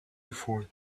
before